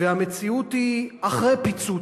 והמציאות היא אחרי פיצוץ.